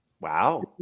wow